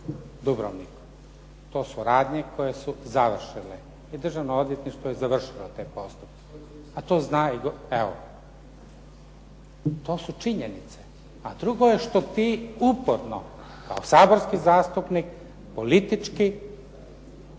Dubrovniku. To su radnje koje su završene. I Državno odvjetništvo je završilo te postupke. A to zna i evo. To su činjenice. A drugo je što ti uporno kao saborski zastupnik politički